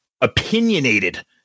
opinionated